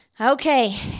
Okay